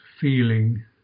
feeling